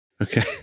Okay